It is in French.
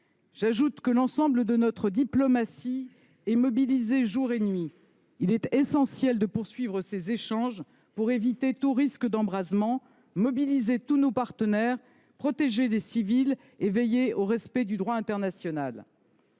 J’ajoute que notre diplomatie est mobilisée jour et nuit. Il est essentiel de poursuivre ces échanges pour éviter tout risque d’embrasement, mobiliser tous nos partenaires, protéger les civils et veiller au respect du droit international.